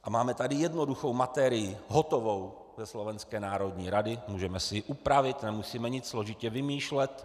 A máme tady jednoduchou materii, hotovou ze Slovenské národní rady, můžeme si ji upravit, nemusíme nic složitě vymýšlet.